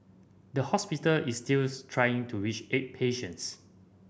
the hospital is still trying to reach eight patients